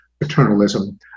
paternalism